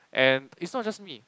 and is not just me